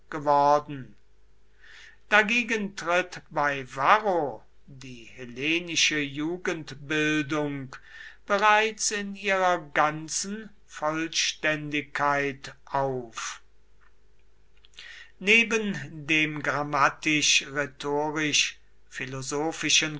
geworden dagegen tritt bei varro die hellenische jugendbildung bereits in ihrer ganzen vollständigkeit auf neben dem